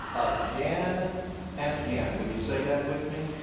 again and again. will you say that with me?